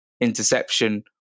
interception